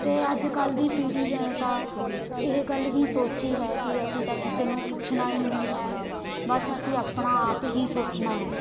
ਅਤੇ ਅੱਜ ਕੱਲ੍ਹ ਦੀ ਪੀੜ੍ਹੀ ਨੇ ਤਾਂ ਇਹ ਗੱਲ ਹੀ ਸੋਚੀ ਹੈ ਕਿ ਅਸੀਂ ਤਾਂ ਕਿਸੇ ਨੂੰ ਪੁੱਛਣਾ ਹੀ ਨਹੀਂ ਹੈ ਬਸ ਅਸੀਂ ਆਪਣਾ ਆਪ ਹੀ ਸੋਚਣਾ ਹੈ